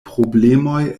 problemoj